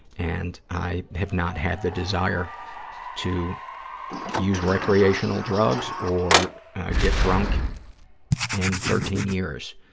and i have not had the desire to use recreational drugs or get drunk in thirteen years,